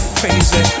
crazy